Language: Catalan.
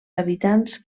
habitants